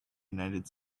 united